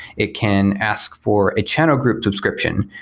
it can ask for a channel group subscription,